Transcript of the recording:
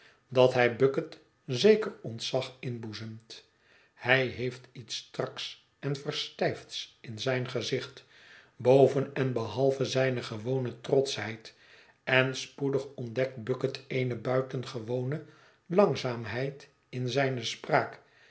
dat hij bucket zeker ontzag inboezemt hij heeft iets straks en verstijfds in zijn gezicht boven en behalve zijne gewone trotschheid en spoedig ontdekt bucket eene buitengewone langzaamheid in zijne spraak